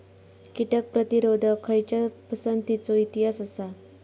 कीटक प्रतिरोधक खयच्या पसंतीचो इतिहास आसा?